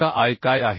आता I काय आहे